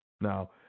Now